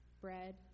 bread